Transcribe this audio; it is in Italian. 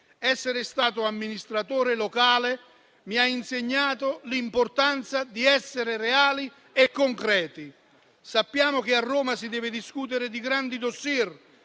Essere stato amministratore locale mi ha insegnato l'importanza di essere reali e concreti. Sappiamo che a Roma si deve discutere di grandi *dossier*,